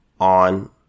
on